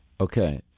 Okay